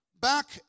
back